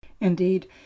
Indeed